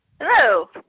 Hello